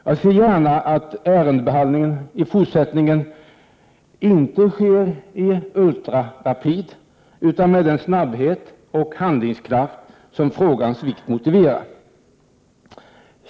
Jag ser gärna att ärendebehandlingen inte sker i ultrarapid, utan med den snabbhet och handlingskraft som frågans vikt motiverar.